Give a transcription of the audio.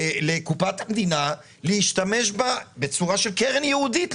לקופת המדינה להשתמש בה בצורה של קרן ייעודית,